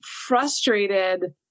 frustrated